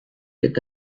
eta